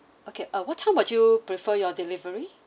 okay uh what time would you prefer your delivery